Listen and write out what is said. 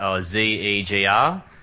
Z-E-G-R